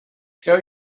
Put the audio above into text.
tell